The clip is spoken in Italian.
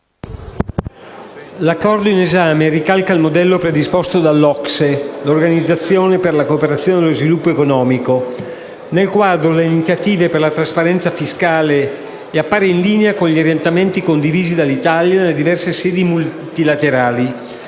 l'Accordo in esame ricalca il modello predisposto dall'OCSE, l'Organizzazione per la cooperazione e lo sviluppo economico, nel quadro delle iniziative per la trasparenza fiscale e appare in linea con gli orientamenti condivisi dall'Italia nelle diverse sedi multilaterali